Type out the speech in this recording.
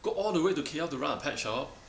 go all the way to K_L to run a pet shop